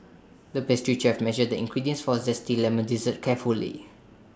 the pastry chef measured the ingredients for Zesty Lemon Dessert carefully